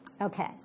Okay